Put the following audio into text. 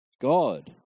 God